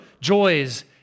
joys